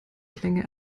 klänge